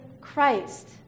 Christ